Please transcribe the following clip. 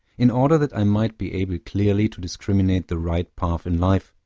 in order that i might be able clearly to discriminate the right path in life,